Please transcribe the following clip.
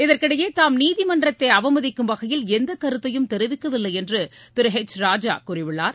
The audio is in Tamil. இதற்கிடையே தாம் நீதிமன்றத்தைஅவமதிக்கும் வகையில் எந்தகருத்தையும் தெரிவிக்கவில்லைஎன்றுதிருஹெச் ராஜாகூறியுள்ளார்